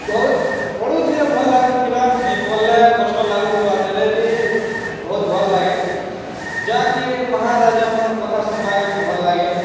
ବହୁତ୍ ପଢ଼ୁ ଥିଲେ ଭଲ୍ ଲାଗୁଥିବା ନେଇ ପଢ଼ିଲେ କଷ୍ଟ ଲାଗୁ ଥିବା ତେବେ ବି ବହୁତ୍ ଭଲ୍ ଲାଗେ ଯାହା କି ଏ ମହାରାଜାମାନଙ୍କର କଥା ଶୁନ୍ବା କେ ଭଲ୍ ଲାଗେ